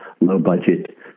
low-budget